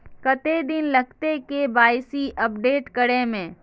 कते दिन लगते के.वाई.सी अपडेट करे में?